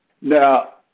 Now